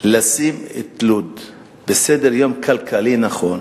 לשים את לוד על סדר-יום כלכלי נכון,